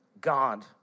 God